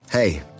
Hey